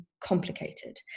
complicated